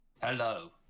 Hello